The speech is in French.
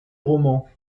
romans